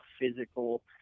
physical